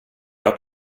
jag